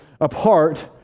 apart